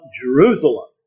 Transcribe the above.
Jerusalem